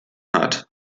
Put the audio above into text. hat